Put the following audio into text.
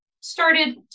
started